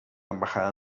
embajada